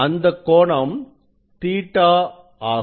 அந்தக் கோணம்Ɵ ஆகும்